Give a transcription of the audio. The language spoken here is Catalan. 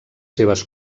seves